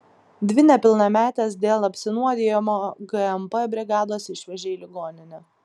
dvi nepilnametes dėl apsinuodijimo gmp brigados išvežė į ligoninę